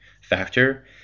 factor